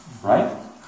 right